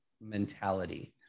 mentality